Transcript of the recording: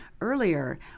earlier